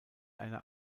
einer